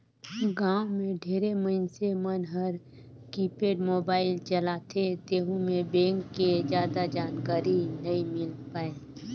गांव मे ढेरे मइनसे मन हर कीपेड मोबाईल चलाथे तेहू मे बेंक के जादा जानकारी नइ मिल पाये